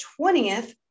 20th